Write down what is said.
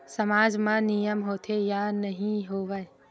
सामाज मा नियम होथे या नहीं हो वाए?